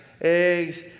Eggs